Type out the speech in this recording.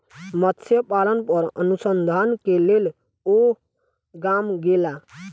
मत्स्य पालन पर अनुसंधान के लेल ओ गाम गेला